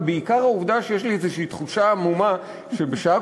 ובעיקר העובדה שיש לי איזושהי תחושה עמומה שבשעה